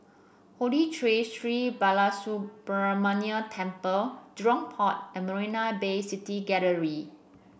Holy Tree Sri Balasubramaniar Temple Jurong Port and Marina Bay City Gallery